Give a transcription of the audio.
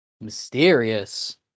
Mysterious